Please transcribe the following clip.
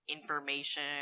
information